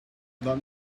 not